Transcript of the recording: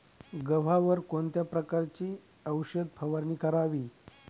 गव्हावर कोणत्या प्रकारची औषध फवारणी करावी?